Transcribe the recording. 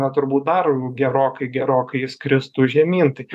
na turbūt dar gerokai gerokai jis kristų žemyn tai